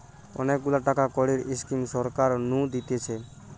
অনেক গুলা টাকা কড়ির স্কিম সরকার নু দিতেছে